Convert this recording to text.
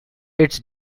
its